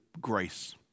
grace